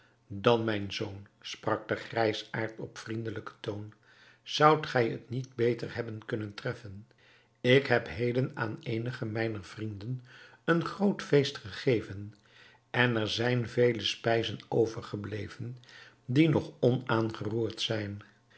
dan mijn zoon sprak de grijsaard op vriendelijken toon zoudt gij het niet beter hebben kunnen treffen ik heb heden aan eenige mijner vrienden een groot feest gegeven en er zijn vele spijzen overgebleven die nog onaangeroerd zijn